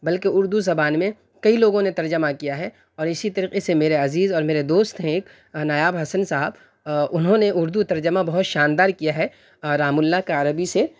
بلکہ اردو زبان میں کئی لوگوں نے ترجمہ کیا ہے اور اسی طریقے سے میرے عزیز اور میرے دوست ہیں ایک نایاب حسن صاحب انہوں نے اردو ترجمہ بہت شاندار کیا ہے رام اللہ کا عربی سے